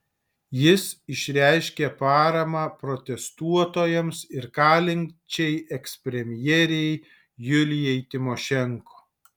jis išreiškė paramą protestuotojams ir kalinčiai ekspremjerei julijai tymošenko